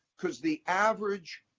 because the average